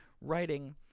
writing